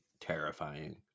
terrifying